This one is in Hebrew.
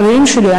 חברים שלי,